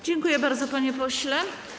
Dziękuję bardzo, panie pośle.